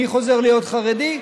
אני חוזר להיות חרדי,